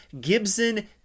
Gibson